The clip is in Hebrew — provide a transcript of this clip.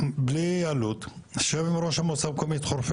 את ראמה למורן